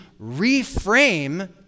reframe